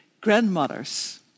grandmothers